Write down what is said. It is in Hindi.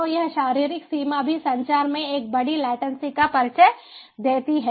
तो यह शारीरिक सीमा भी संचार में एक बड़ी लेटन्सी का परिचय देती है